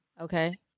Okay